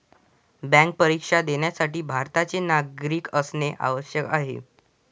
bank परीक्षा देण्यासाठी भारताचे नागरिक असणे आवश्यक आहे